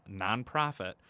nonprofit